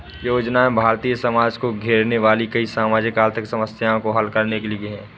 योजनाएं भारतीय समाज को घेरने वाली कई सामाजिक आर्थिक समस्याओं को हल करने के लिए है